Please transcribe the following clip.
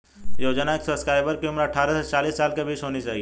योजना के सब्सक्राइबर की उम्र अट्ठारह से चालीस साल के बीच होनी चाहिए